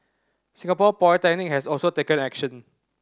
Singapore Polytechnic has also taken action